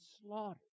slaughtered